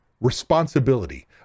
responsibility